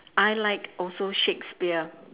I like also shakespeare